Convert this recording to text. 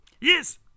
Yes